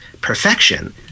perfection